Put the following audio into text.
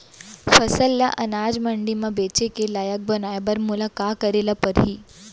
फसल ल अनाज मंडी म बेचे के लायक बनाय बर मोला का करे ल परही?